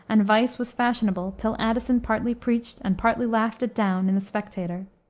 and vice was fashionable till addison partly preached and partly laughed it down in the spectator.